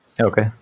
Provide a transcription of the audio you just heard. Okay